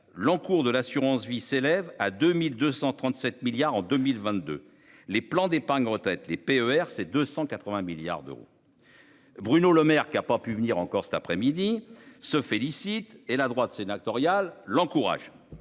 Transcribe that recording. L'encours de l'assurance-vie s'élève à 2237 milliards en 2022. Les plans d'épargne retraite les PER, c'est 280 milliards d'euros. Bruno Lemaire qui a pas pu venir encore cet après-midi se félicite et la droite sénatoriale, l'encourage,